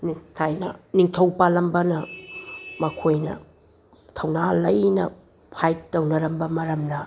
ꯊꯥꯏꯅ ꯅꯤꯡꯊꯧ ꯄꯥꯜꯂꯝꯕꯅ ꯃꯈꯣꯏꯅ ꯊꯧꯅꯥ ꯂꯩꯅ ꯐꯥꯏꯠ ꯇꯧꯅꯔꯝꯕ ꯃꯔꯝꯅ